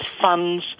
funds